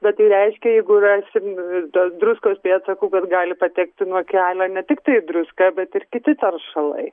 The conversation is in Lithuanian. bet tai reiškia jeigu rasim tos druskos pėdsakų bet gali patekti nuo kelio ne tiktai druska bet ir kiti teršalai